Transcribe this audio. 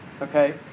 Okay